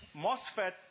MOSFET